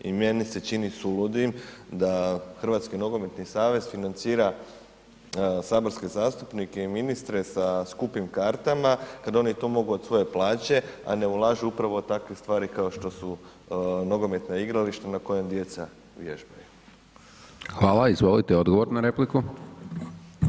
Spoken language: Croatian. I meni se čini suludim da Hrvatski nogometni savez financira saborske zastupnike i ministre sa skupim kartama kada oni to mogu od svoje plaće a ne ulažu upravu u takve stvari kao što su nogometna igrališta na kojima djeca vježbaju.